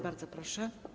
Bardzo proszę.